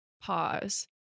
pause